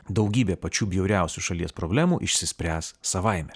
daugybė pačių bjauriausių šalies problemų išsispręs savaime